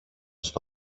στο